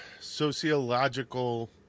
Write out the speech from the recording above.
sociological